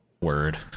word